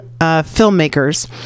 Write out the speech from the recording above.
filmmakers